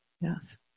yes